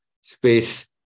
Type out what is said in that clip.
space